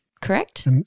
correct